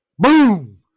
boom